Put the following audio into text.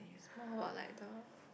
it's more about like the